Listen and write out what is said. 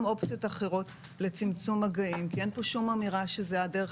אופציות אחרות לצמצום מגעים כי אין כאן שום אמירה שזו הדרך